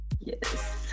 yes